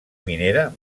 minera